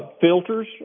Filters